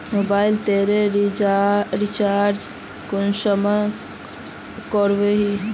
Mobile लोत recharge कुंसम करोही?